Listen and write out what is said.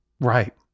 Right